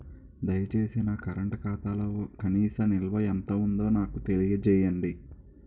దయచేసి నా కరెంట్ ఖాతాలో కనీస నిల్వ ఎంత ఉందో నాకు తెలియజేయండి